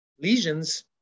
lesions